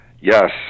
Yes